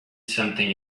something